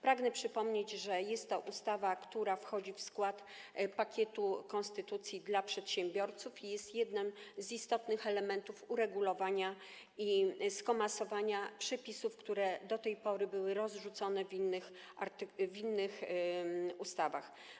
Pragnę przypomnieć, że jest to ustawa, która wchodzi w skład pakietu konstytucji dla przedsiębiorców i jest jednym z istotnych elementów uregulowania i skomasowania przepisów, które do tej pory były rozrzucone w innych ustawach.